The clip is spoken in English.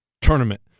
tournament